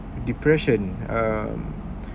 depression um